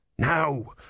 Now